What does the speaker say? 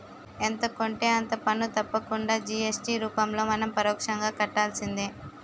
ఎంత కొంటే అంత పన్ను తప్పకుండా జి.ఎస్.టి రూపంలో మనం పరోక్షంగా కట్టాల్సిందే